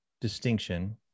distinction